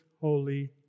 holy